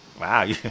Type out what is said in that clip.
Wow